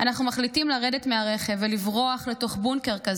אנחנו מחליטים לרדת מהרכב ולברוח לתוך בונקר כזה,